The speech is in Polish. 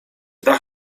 dach